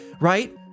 right